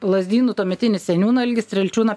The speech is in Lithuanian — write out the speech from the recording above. lazdynų tuometinį seniūną algį strelčiūną